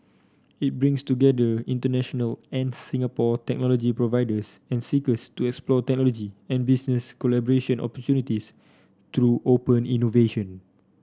it brings together international and Singapore technology providers and seekers to explore technology and business collaboration opportunities through open innovation